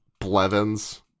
Blevins